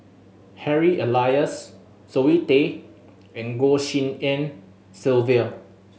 Harry Elias Zoe Tay and Goh Tshin En Sylvia